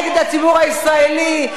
נגד הציבור הישראלי,